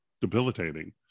debilitating